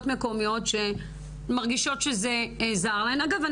המקומיות שמרגישות שזה זר להן אגב,